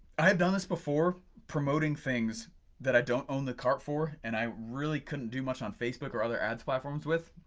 i have done this before promoting things that i don't own the cart for and i really couldn't do much on facebook or other adds platforms with.